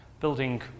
building